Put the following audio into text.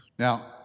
Now